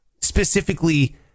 specifically